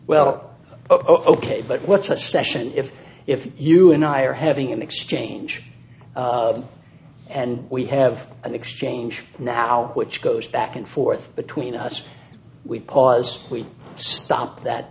well ok but what's a session if if you and i are having an exchange and we have an exchange now which goes back and forth between us we pause we stopped that